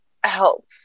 help